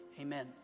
Amen